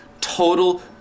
total